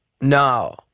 No